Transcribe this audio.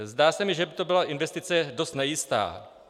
Zdá se mi, že by to byla investice dost nejistá.